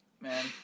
man